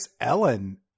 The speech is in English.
Ellen